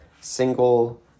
single